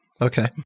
Okay